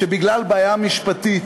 שבגלל בעיה משפטית